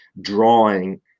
drawing